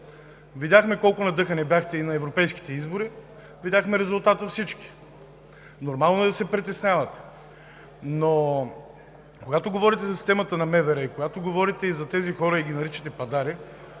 Видяхме колко надъхани бяхте и на европейските избори, всички видяхме резултата. Нормално е да се притеснявате. Но когато говорите за системата на МВР и когато говорите и за тези хора, и ги наричате пъдари,